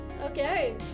Okay